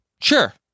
Sure